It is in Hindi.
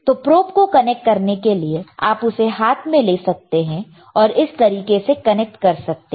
तो प्रोब को कनेक्ट करने के लिए आप उसे हाथ में ले सकते हैं और इस तरीके से कनेक्ट कर सकते हैं